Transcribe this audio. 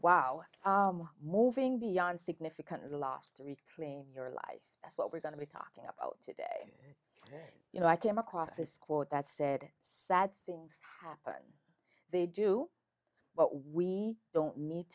wow moving beyond significant loss to reclaim your life that's what we're going to be talking about today you know i came across this quote that said sad things happen they do but we don't need